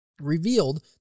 revealed